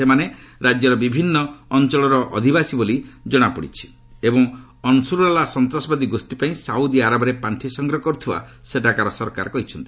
ସେମାନେ ରାଜ୍ୟର ବିଭିନ୍ନ ଅଧୀବାସୀ ବୋଲି ଜଣାପଡିଛି ଏବଂ ଅନ୍ସରୁଲା ସନ୍ତାସବାଦୀ ଗୋଷୀପାଇଁ ସାଉଦି ଆରବରେ ପାର୍ଷି ସଂଗ୍ରହ କରୁଥିବା ସେଠାକାର ସରକାର କହିଛନ୍ତି